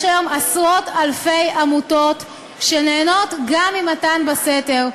יש היום עשרות-אלפי עמותות שנהנות גם ממתן בסתר.